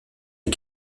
les